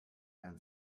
and